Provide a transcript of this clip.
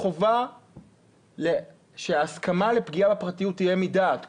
חובה שההסכמה לפגיעה בפרטיות תהיה מדעת.